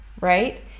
right